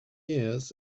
years